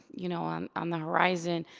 you know on on the horizon,